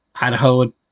Idaho